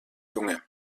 junge